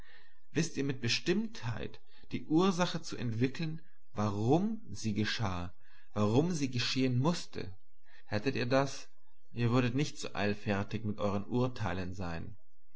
wißt ihr mit bestimmtheit die ursachen zu entwickeln warum sie geschah warum sie geschehen mußte hättet ihr das ihr würdet nicht so eilfertig mit euren urteilen sein